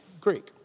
Greek